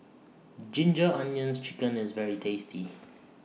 Ginger Onions Chicken IS very tasty